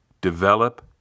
develop